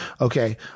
Okay